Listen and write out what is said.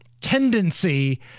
tendency